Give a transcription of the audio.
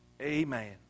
Amen